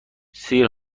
سیر